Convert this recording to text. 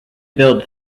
build